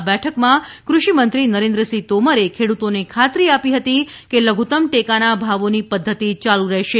આ બેઠકમાં ક્રષિમંત્રી નરેન્દ્રસિંહ તોમરે ખેડૂતોને ખાતરી આપી હતી કે લઘુત્તમ ટેકાના ભાવોની પધ્ધતિ ચાલુ રહેશે